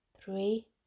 Three